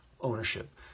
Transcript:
ownership